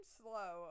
slow